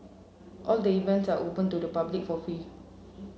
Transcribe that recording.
all the events are open to the public for free